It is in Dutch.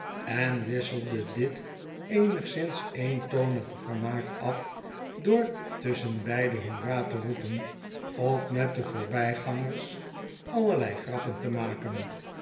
en wisselde dit eenigszins eentonige vermaak af door tusschenbeide hoera te roepen of met de voorbijgangers allerlei grappen te maken